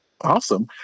Awesome